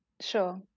Sure